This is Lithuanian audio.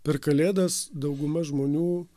per kalėdas dauguma žmonių